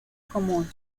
común